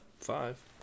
five